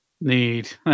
Need